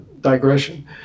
digression